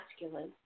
masculine